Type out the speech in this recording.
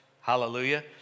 Hallelujah